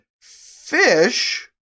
fish